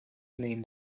named